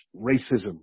racism